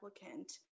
applicant